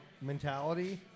mentality